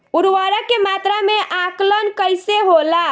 उर्वरक के मात्रा में आकलन कईसे होला?